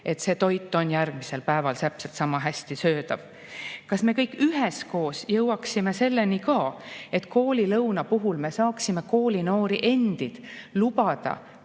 et see toit on järgmisel päeval täpselt sama hästi söödav. Kas me kõik üheskoos jõuaksime ka selleni, et koolilõuna puhul me saaksime koolinoori endid lubada